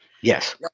Yes